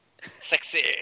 Sexy